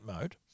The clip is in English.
mode